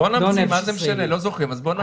אז בואו נמציא.